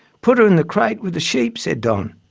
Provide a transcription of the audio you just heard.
put her in the crate with the sheep said don.